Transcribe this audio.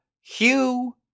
Hugh